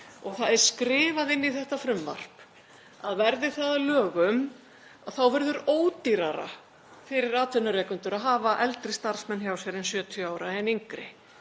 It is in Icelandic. Það er skrifað inn í þetta frumvarp að verði það að lögum þá verður ódýrara fyrir atvinnurekendur að hafa starfsmenn eldri en 70 ára hjá sér